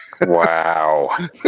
Wow